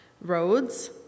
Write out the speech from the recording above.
roads